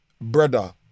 brother